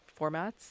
formats